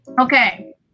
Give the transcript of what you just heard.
Okay